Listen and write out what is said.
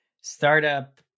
startup